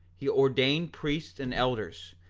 he ordained priests and elders,